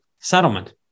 settlement